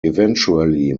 eventually